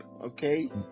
okay